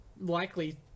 likely